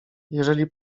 jeżeli